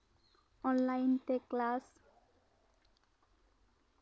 online ᱛᱮ class